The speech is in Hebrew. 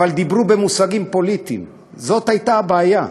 אבל דיברו במושגים פוליטיים, זאת הייתה הבעיה.